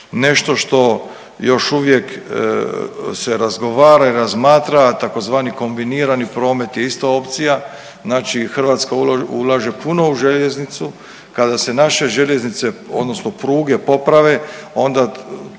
Nešto što još uvijek se razgovara i razmatra tzv. kombinirani promet je isto opcija. Znači Hrvatska ulaže puno u željeznicu, kada se naše željeznice odnosno pruge poprave onda